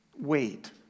wait